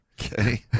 Okay